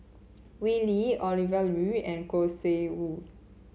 Wee Lin Ovidia Yu and Khoo Sui Hoe